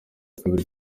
kabiri